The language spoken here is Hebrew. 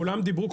כולם דיברו?